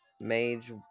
Mage